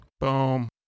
Boom